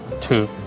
two